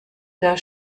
der